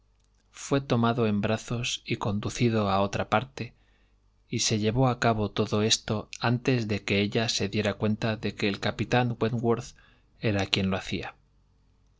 fué tomado en brazos y conducido a otra parte y se llevó a cabo todo esto antes de que ella se diera cuenta de que el capitán wentworth era quien lo hacía